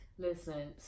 Listen